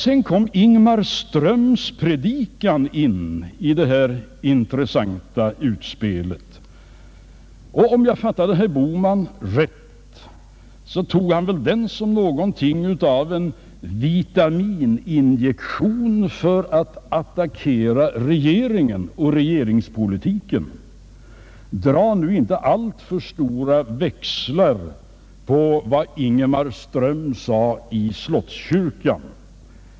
Sedan kom Ingmar Ströms predikan in i detta intressanta utspel. Om jag fattade herr Bohman rätt tog han den som något av en vitamininjektion för att attackera regeringen och regeringspolitiken. Dra nu inte alltför stora växlar på vad Ingmar Ström sade i Slottskyrkan.